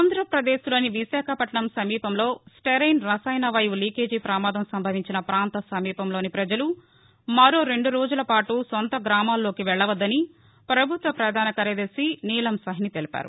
ఆంధ్రప్రదేశ్లోని విశాఖపట్టణం సమీపంలో స్టెరిన్ రసాయన వాయువు లీకేజీ పమాదం సంభవించిన ప్రాంత సమీపంలోని ప్రజలు మరో రెండు రోజుల పాటు సొంత గ్రామల్లోకి వెళ్లొద్దని ప్రభుత్వ ప్రధాన కార్యదర్శి నీలం సాహ్ని తెలిపారు